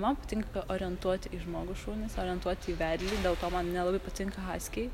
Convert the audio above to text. man patinka orientuoti į žmogų šunys orientuoti į vedlį dėl to man nelabai patinka haskiai